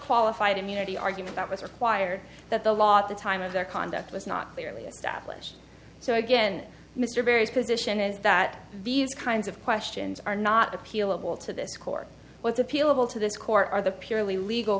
qualified immunity argument that was required that the law at the time of their conduct was not clearly established so again mr barry's position is that these kinds of questions are not appealable to this court what's appealable to this court are the purely legal